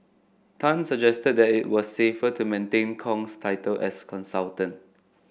Tan suggested that it was safer to maintain Kong's title as consultant